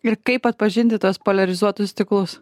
ir kaip atpažinti tuos poliarizuotus stiklus